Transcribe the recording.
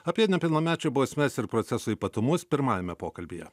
apie nepilnamečių bausmes ir proceso ypatumus pirmajame pokalbyje